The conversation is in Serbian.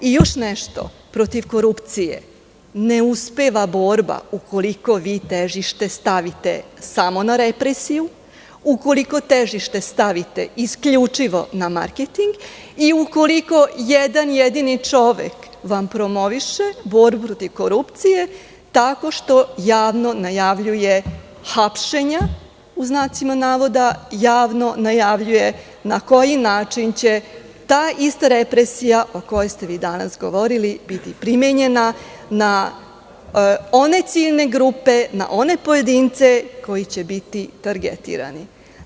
Protiv korupcije ne uspeva borba ukoliko vi težište stavite samo na represiju, ukoliko težište stavite isključivo na marketing i ukoliko jedan jedini čovek vam promoviše borbu protiv korupcije tako što javno najavljuje hapšenja, pod znacima navoda, javno najavljuje na koji način će ta ista represija o kojoj ste vi danas govorili biti primenjena na one ciljne grupe i one pojedince koji će biti targetirani.